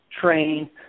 train